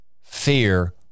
fear